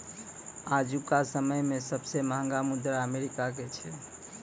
आजुका समय मे सबसे महंगा मुद्रा अमेरिका के छै